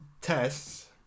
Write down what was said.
tests